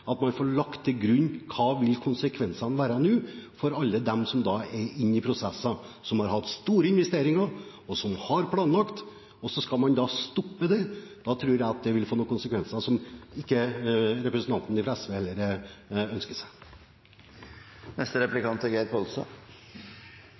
at man får lagt til grunn hva konsekvensene vil være for alle dem som er inne i prosesser, som har hatt store investeringer, og som har planlagt. Så skal man stoppe dem. Jeg tror det vil få noen konsekvenser som heller ikke representanten fra SV ønsker